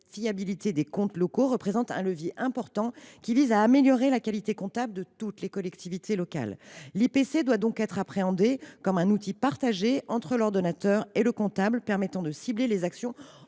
fiabilité des comptes publics locaux, représente un levier important de l’amélioration de la qualité comptable pour toutes les collectivités territoriales. L’IPC doit donc être appréhendé comme un outil partagé entre l’ordonnateur et le comptable, permettant de cibler des actions à